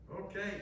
Okay